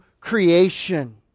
creation